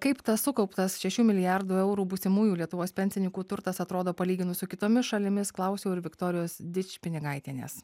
kaip tas sukauptas šešių milijardų eurų būsimųjų lietuvos pensininkų turtas atrodo palyginus su kitomis šalimis klausiau ir viktorijos dičpinigaitienės